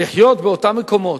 לחיות באותם מקומות,